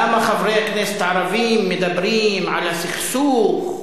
למה חברי הכנסת הערבים מדברים על הסכסוך,